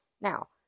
Now